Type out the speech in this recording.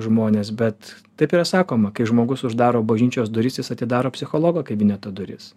žmonės bet taip yra sakoma kai žmogus uždaro bažnyčios duris jis atidaro psichologo kabineto duris